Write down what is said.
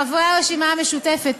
חברי הרשימה המשותפת,